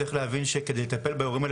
צריך להבין שכדי לטפל באירועים האלה